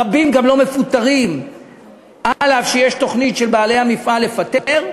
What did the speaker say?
רבים גם לא מפוטרים אף שיש תוכנית של בעלי המפעל לפטר.